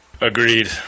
Agreed